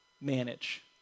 manage